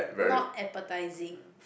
not appetising